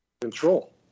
control